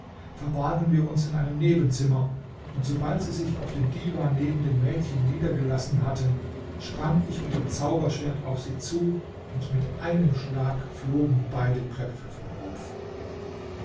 verbargen wir uns in einem nebenzimmer und sobald sie sich auf den diwan neben den mädchen niedergelassen hatten sprang ich mit dem zauberschwert auf sie zu und mit einem schlag flogen beide köpfe vom rumpf